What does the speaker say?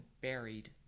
buried